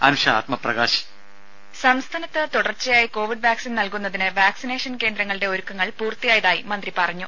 രംഭ സംസ്ഥാനത്ത് തുടർച്ചയായി Covid vaccine നൽകുന്നതിന് വാക്സിനേഷൻ കേന്ദ്രങ്ങളുടെ ഒരുക്കങ്ങൾ പൂർത്തിയായതായി മന്ത്രി പറഞ്ഞു